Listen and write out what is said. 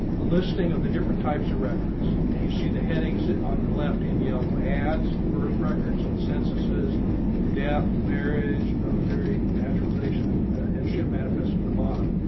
a listing of the different types records and you see the headings on the left in yellow ads birth records censuses death marriage military naturalization and ship manifest at the bottom.